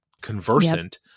conversant